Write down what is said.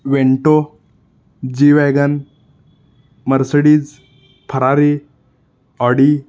vento G wagon Mercedes Ferrari Audi